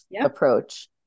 approach